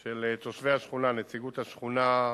של תושבי השכונה, נציגות השכונה,